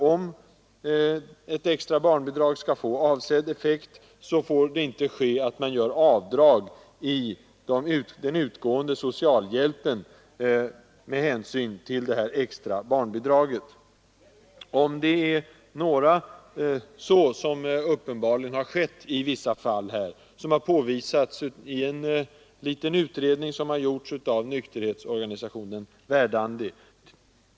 Om ett extra barnbidrag skall få avsedd effekt får det inte hända att avdrag görs i den utgående socialhjälpen med anledning av det extra barnbidraget, vilket uppenbarligen har skett i vissa fall. Det har påvisats i en liten utredning som gjorts av nykterhetsorganisationen Verdandi.